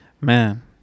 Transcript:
Man